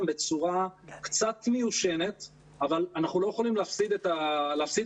בצורה קצת מיושנת אבל אנחנו לא יכולים להפסיד אותם.